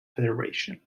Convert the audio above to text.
federation